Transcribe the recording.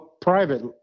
private